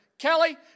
Kelly